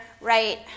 right